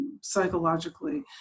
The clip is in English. psychologically